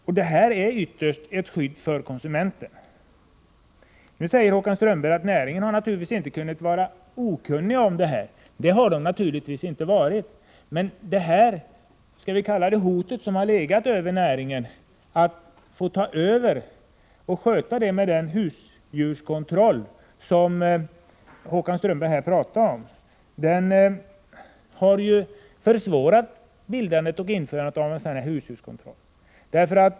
Vad det ytterst gäller är ett skydd för konsumenten. Nu säger Håkan Strömberg att näringen inte kunnat vara okunnig om vad som var att vänta. Det har den naturligtvis inte varit, men det hot, om jag får kalla det så, som legat över näringen har ju försvårat införandet av en husdjurskontroll.